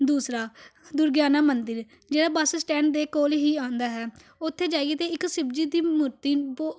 ਦੂਸਰਾ ਦੁਰਗਿਆਨਾ ਮੰਦਰ ਜਿਹੜਾ ਬੱਸ ਸਟੈਂਡ ਦੇ ਕੋਲ ਹੀ ਆਉਂਦਾ ਹੈ ਉੱਥੇ ਜਾਈਏ ਤਾਂ ਇੱਕ ਸ਼ਿਵਜੀ ਦੀ ਮੂਰਤੀ ਬੋ